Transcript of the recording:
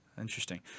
interesting